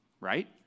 right